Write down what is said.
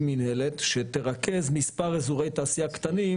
מנהלת שתרכז מספר אזורי תעשייה קטנים